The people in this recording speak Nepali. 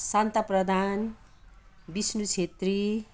शान्ता प्रधान बिष्णु छेत्री